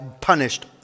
punished